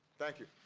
thank you.